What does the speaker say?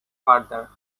farther